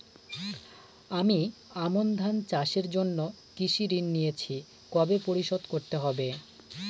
আমি আমন ধান চাষের জন্য কৃষি ঋণ নিয়েছি কবে পরিশোধ করতে হবে?